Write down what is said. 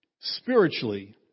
spiritually